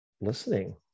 listening